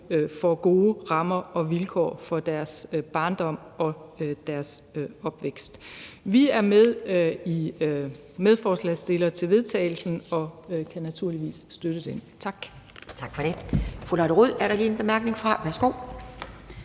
får gode rammer og vilkår for deres barndom og deres opvækst. Vi er medforslagsstillere til forslaget til vedtagelse og kan naturligvis støtte det. Tak.